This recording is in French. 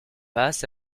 temps